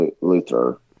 Luther